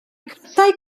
crysau